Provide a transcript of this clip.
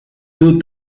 two